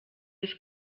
ist